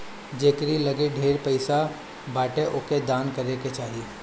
जेकरी लगे ढेर पईसा बाटे ओके दान करे के चाही